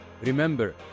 Remember